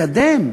לקדם,